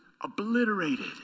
obliterated